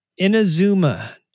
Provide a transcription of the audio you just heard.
Inazuma